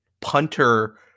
punter